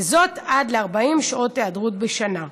וזאת עד ל-40 שעות היעדרות בשנה.